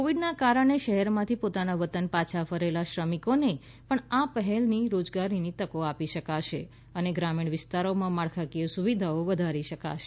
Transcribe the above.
કોવીડના કારણે શહેરમાંથી પોતાના વતન પાછા ફરેલા શ્રમિકોને પણ આ પહેલથી રોજગારીની તકો આપી શકાશે અને ગ્રામીણ વિસ્તારોમાં માળખાકીય સુવિધાઓ વધારી શકાશે